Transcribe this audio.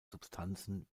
substanzen